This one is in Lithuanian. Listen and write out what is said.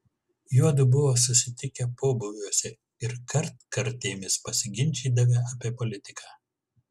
juodu buvo susitikę pobūviuose ir kartkartėmis pasiginčydavę apie politiką